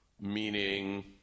meaning